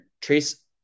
Trace